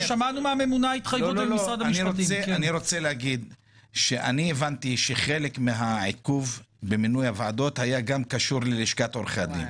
אני הבנתי שחלק מהעיכוב במינו הוועדות היה גם קשור ללשכת עורכי הדין.